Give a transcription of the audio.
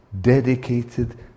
dedicated